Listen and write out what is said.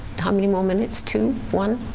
how many more minutes? two, one?